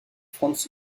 franz